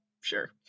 sure